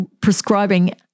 prescribing